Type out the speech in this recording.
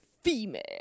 Female